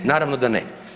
Naravno da ne.